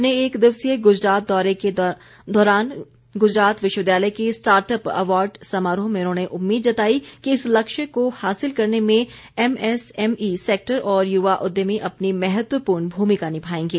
अपने एक दिवसीय गुजरात दौरे के दौरान गुजरात विश्वविद्यालय के स्टार्टअप अवार्ड समारोह में उन्होंने उम्मीद जताई कि इस लक्ष्य को हासिल करने में एमएसएमई सैक्टर और युवा उद्यमी अपनी महत्वपूर्ण भूमिका निभाएंगे